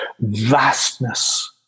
vastness